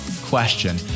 question